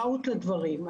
בכל זאת יש מודעות לדברים.